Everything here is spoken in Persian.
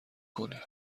کنید